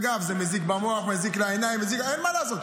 אגב, זה מזיק למוח, מזיק לעיניים, אין מה לעשות.